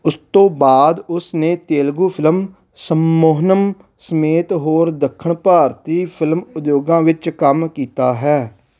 ਉਸ ਤੋਂ ਬਾਅਦ ਉਸਨੇ ਤੇਲਗੂ ਫਿਲਮ ਸਮਮੋਹਨਮ ਸਮੇਤ ਹੋਰ ਦੱਖਣ ਭਾਰਤੀ ਫ਼ਿਲਮ ਉਦਯੋਗਾਂ ਵਿੱਚ ਕੰਮ ਕੀਤਾ ਹੈ